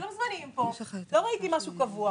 לא ראיתי משהו קבוע.